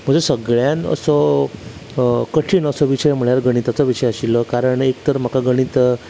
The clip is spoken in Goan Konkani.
म्हज्या सगळ्यान असो कठीण असो विशय म्हल्यार गणिताचो विशय आशिल्लो कारण एक तर म्हाका गणीत